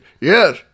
Yes